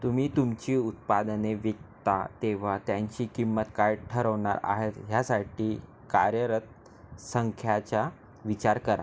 तुम्ही तुमची उत्पादने विकता तेव्हा त्यांची किंमत काय ठरवणार आहेत ह्यासाठी कार्यरत संख्याच्या विचार करा